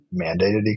mandated